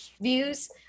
views